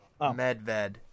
Medved